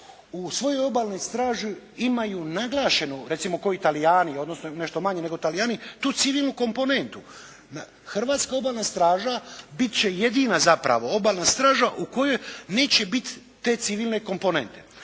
u svojoj obalnoj straži imaju naglašenu, recimo kao i Talijani, odnosno nešto manje nego Talijani tu civilnu komponentu. Hrvatska obalna straža bit će jedina zapravo obalna straža u kojoj neće biti te civilne komponente.